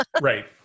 Right